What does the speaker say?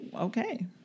okay